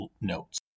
notes